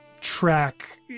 track